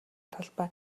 талбай